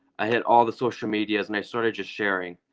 i hit all the social medias, and i started just sharing,